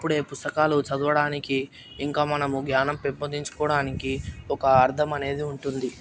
అప్పుడు పుస్తకాలు చదవడానికి ఇంకా మనము జ్ఞానం పెంపొందించుకోడానికి ఒక అర్థం అనేది ఉంటుంది